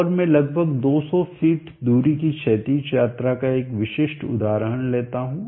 और मैं लगभग 200 फीट दूरी की क्षैतिज यात्रा का एक विशिष्ट उदाहरण लेता हूँ